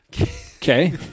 Okay